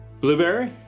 Blueberry